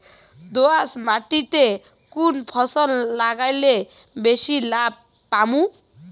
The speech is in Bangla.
দোয়াস মাটিতে কুন ফসল লাগাইলে বেশি লাভ পামু?